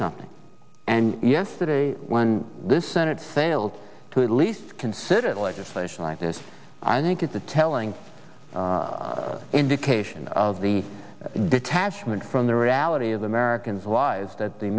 something and yesterday this senate failed to at least consider legislation like this i think it's a telling indication of the detachment from the reality of americans lies that the